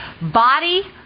body